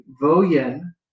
Vo-Yen